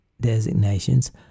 designations